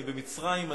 אני במצרים,